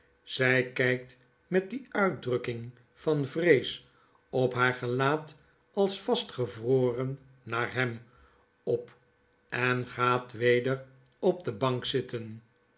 zi kykt met die uitdrukking van vrees op haar gelaat als vast gevroren naar hem op en gaat weder op de bank zitten